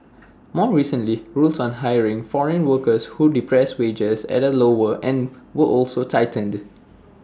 more recently rules on hiring foreign workers who depress wages at the lower end were also tightened